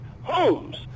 homes